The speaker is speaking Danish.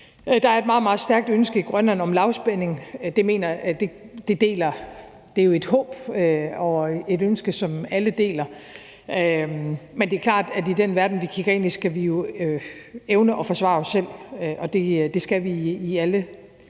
er et meget, meget stærkt ønske i Grønland om lavspænding. Det er jo et håb og et ønske, som alle deler. Men det er klart, at i den verden, vi kigger ind i, skal vi jo evne at forsvare os selv, og det skal vi i alle